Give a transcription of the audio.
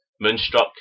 Moonstruck